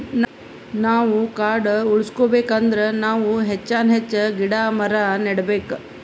ನಾವ್ ಕಾಡ್ ಉಳ್ಸ್ಕೊಬೇಕ್ ಅಂದ್ರ ನಾವ್ ಹೆಚ್ಚಾನ್ ಹೆಚ್ಚ್ ಗಿಡ ಮರ ನೆಡಬೇಕ್